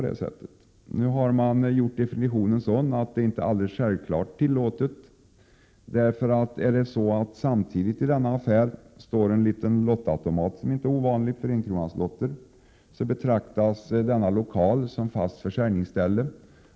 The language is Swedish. Det borde självfallet vara tillåtet att göra så. Om det samtidigt står en automat för enkronaslotter i lokalen betraktas lokalen däremot som fast försäljningsställe.